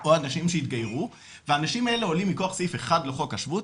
או אנשים שהתגיירו והאנשים האלה עולים מכוח סעיף 1 לחוק השבות,